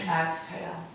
exhale